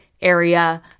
area